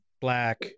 black